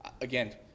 again